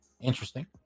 interesting